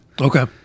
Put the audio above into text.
Okay